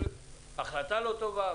ההחלטה לא טובה?